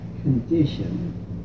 condition